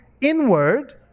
inward